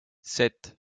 sept